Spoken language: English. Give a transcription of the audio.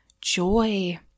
joy